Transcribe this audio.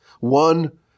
One